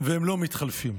והם לא מתחלפים.